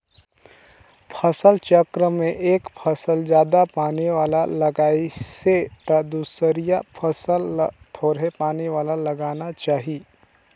फसल चक्र में एक फसल जादा पानी वाला लगाइसे त दूसरइया फसल ल थोरहें पानी वाला लगाना चाही